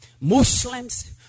Muslims